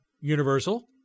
Universal